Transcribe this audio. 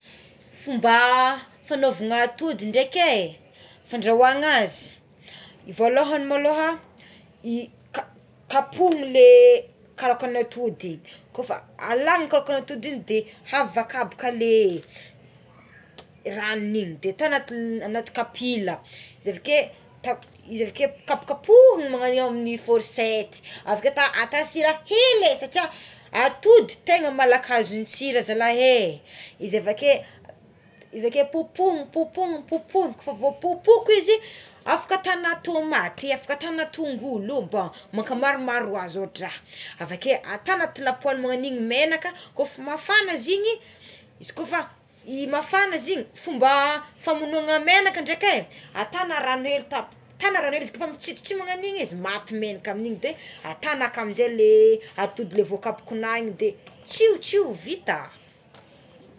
Mba fanaovana atody dreky é fandrahogna azy voalohagny maloha i ka- kapohigny le karaoka natody koa fa alagny karaoka na atody igny de avy akapoka le ranogny igny de tanaty le anaty kapila izy aveké tamp- izy aveké kapokapohigna magnagno io amign'ny forchety aveke ata sira hely é satria atody tegna malaky azon-tsira zalahy é izy avaké avake popohina popohina popohina izy efa voapopohiko izy afaka atana tômaty afaka atana tongolo bah maka maromaro azy ohatra, avake atao agnaty lapoaly magnan'igny menaka kôfa mafana zigny kôfa mafana zigny, fomba famonoana menaka ndreky e, atana rano hely ta- tagnagna ndreky mitsitss magnagn'igny izy maty menaka amin'igny atagna aka amizay le atody le voakaponao igny de tsio tsio de vita.